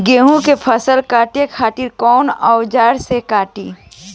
गेहूं के फसल काटे खातिर कोवन औजार से कटी?